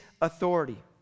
authority